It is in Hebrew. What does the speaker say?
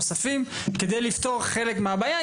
את הבינוי של מעונות נוספים כדי לפתור חלק מהבעיה.